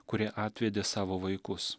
kurie atvedė savo vaikus